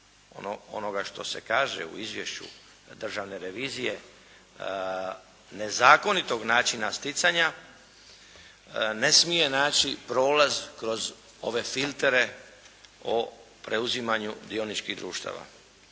onoga što se kaže u izvješću Državne revizije nezakonitog načina sticanja ne smije naći prolaz kroz ove filtere o preuzimanju dioničkih društava.